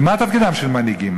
ומה תפקידם של מנהיגים?